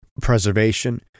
preservation